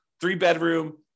three-bedroom